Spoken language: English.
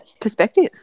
perspective